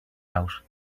out